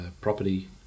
property